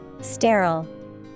Sterile